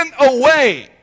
away